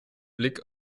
blick